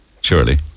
surely